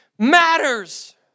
matters